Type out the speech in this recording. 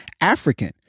African